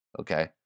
okay